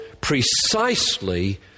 precisely